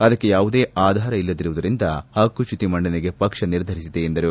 ಅದಕ್ಕೆ ಯಾವುದೇ ಆಧಾರ ಇಲ್ಲದಿರುವುದರಿಂದ ಹಕ್ಕುಚ್ಚುತಿ ಮಂಡನೆಗೆ ಪಕ್ಷ ನಿರ್ಧರಿಸಿದೆ ಎಂದರು